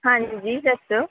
ਹਾਂਜੀ ਦੱਸੋ